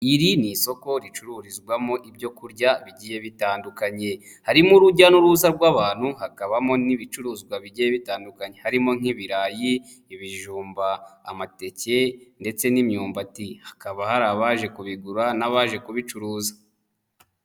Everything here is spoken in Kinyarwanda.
Iri ni isoko ricururizwamo ibyo kurya bigiye bitandukanye harimo urujya n'uruza rw'abantu hakabamo n'ibicuruzwa bigiye bitandukanye harimo nk'ibirayi, ibijumba, amateke ndetse n'imyumbati, hakaba hari abaje kubigura n'abaje kubicuruza.